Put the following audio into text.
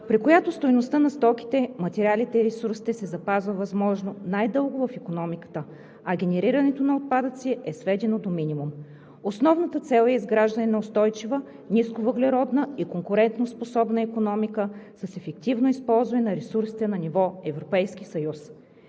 при която стойността на стоките, материалите и ресурсите се запазва възможно най-дълго в икономиката, а генерирането на отпадъците е сведено до минимум. Основната цел е изграждане на устойчива, нисковъглеродна и конкурентоспособна икономика с ефективно използване на ресурсите на ниво Европейски съюз.